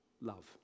love